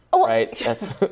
right